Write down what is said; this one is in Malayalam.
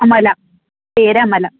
അമല പേരമല